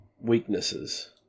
weaknesses